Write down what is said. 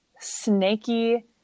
snaky